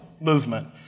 movement